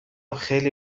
خیلی